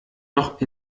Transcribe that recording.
noch